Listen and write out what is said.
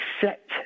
set